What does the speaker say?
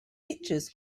pictures